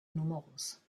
numerus